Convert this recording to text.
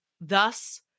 Thus